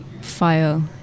file